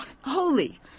holy